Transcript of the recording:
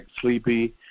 sleepy